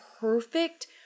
perfect